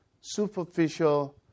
superficial